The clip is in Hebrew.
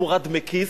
תמורת דמי כיס,